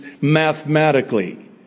mathematically